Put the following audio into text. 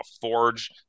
forge